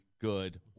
good